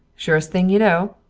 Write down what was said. surest thing you know.